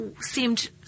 Seemed